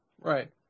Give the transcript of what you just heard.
Right